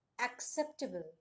acceptable